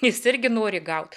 jis irgi nori gauti